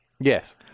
Yes